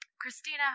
Christina